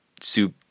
soup